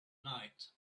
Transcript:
night